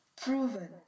proven